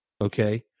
Okay